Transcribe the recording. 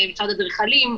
משרד אדריכלים,